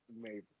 Amazing